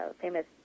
famous